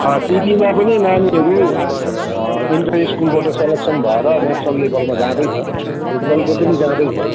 टिटीमा पनि नानीहरू इन्टर स्कुलबाट सेलेक्सन भएर नेसनल लेवलमा जाँदैछ फुटबलको पनि जाँदैछ